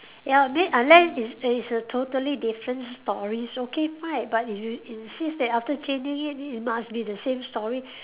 ya on it unless it's it's a totally different stories okay fine but if you insist that after changing it it must be the same story